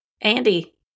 Andy